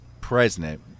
president